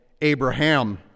Abraham